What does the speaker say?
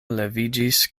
leviĝis